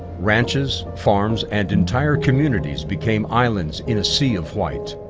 ranches, farms, and entire communities became islands in a sea of white.